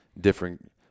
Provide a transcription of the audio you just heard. different